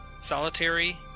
solitary